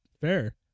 Fair